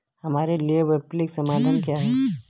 हमारे लिए वैकल्पिक समाधान क्या है?